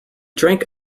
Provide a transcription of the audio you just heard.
drank